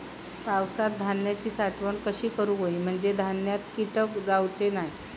पावसात धान्यांची साठवण कशी करूक होई म्हंजे धान्यात कीटक जाउचे नाय?